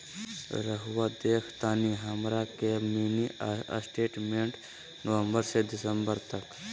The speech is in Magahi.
रहुआ देखतानी हमरा के मिनी स्टेटमेंट नवंबर से दिसंबर तक?